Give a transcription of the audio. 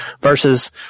versus